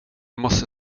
måste